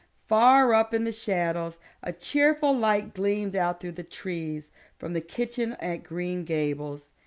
far up in the shadows a cheerful light gleamed out through the trees from the kitchen at green gables.